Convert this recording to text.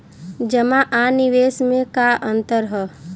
जमा आ निवेश में का अंतर ह?